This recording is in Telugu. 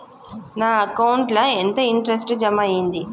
నా అకౌంట్ ల ఎంత ఇంట్రెస్ట్ జమ అయ్యింది?